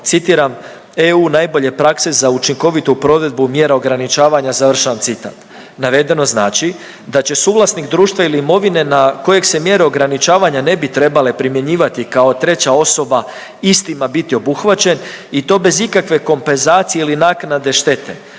citiram „EU najbolje prakse za učinkovitu provedbu mjera ograničavanja“, navedeno znači da će suvlasnik društva ili imovine na kojeg se mjere ograničavanja ne bi trebale primjenjivati kao treća osoba istima biti obuhvaćen i to bez ikakve kompenzacije ili naknade štete